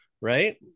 right